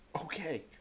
Okay